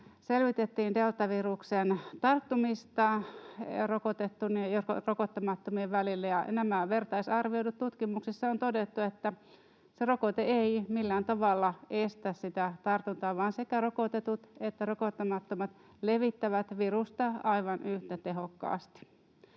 selvitettiin deltaviruksen tarttumista rokotettujen ja rokottamattomien välillä, ja näissä vertaisarvioiduissa tutkimuksissa on todettu, että se rokote ei millään tavalla estä sitä tartuntaa vaan sekä rokotetut että rokottamattomat levittävät virusta aivan yhtä tehokkaasti.